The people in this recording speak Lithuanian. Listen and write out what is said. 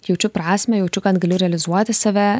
jaučiu prasmę jaučiu kad galiu realizuoti save